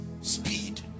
speed